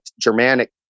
germanic